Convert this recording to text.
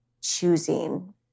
choosing